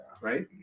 right